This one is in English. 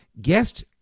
guest